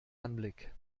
anblick